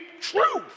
truth